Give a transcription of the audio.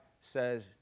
says